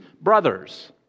brothers